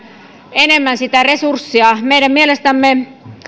enemmän resurssia meidän mielestämme